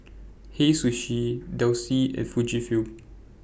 Hei Sushi Delsey and Fujifilm